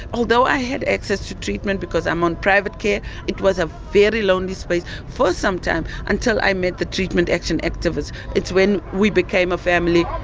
although i had access to treatment because i'm on private care, it was a very lonely space for some time until i met the treatment action activists. it's when we became a family.